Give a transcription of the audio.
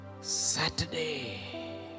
Saturday